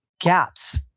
gaps